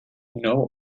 know